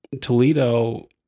Toledo